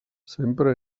sempre